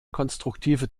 konstruktive